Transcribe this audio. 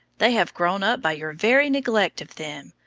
they have grown up by your very neglect of them!